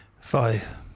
Five